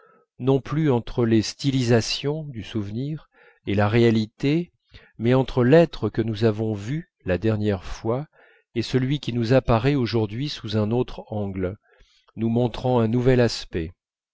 non plus entre les stylisations du souvenir et la réalité mais entre l'être que nous avons vu la dernière fois et celui qui nous apparaît aujourd'hui sous un autre angle nous montrant un nouvel aspect